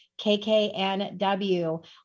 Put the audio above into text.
KKNW